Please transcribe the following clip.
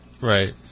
Right